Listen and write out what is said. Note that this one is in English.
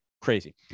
crazy